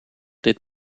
dit